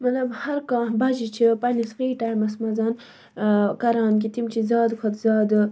مطلب ہَر کانٛہہ بَچہِ چھِ پَنٚنِس فری ٹایمَس مَنٛز کَران کہِ تِم چھِ زیادٕ کھۄتہٕ زیادٕ